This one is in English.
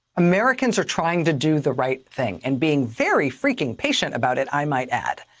americans are trying to do the right thing and being very freakin' patient about it, i might add.